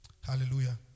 Hallelujah